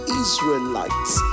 israelites